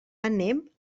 anem